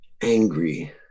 angry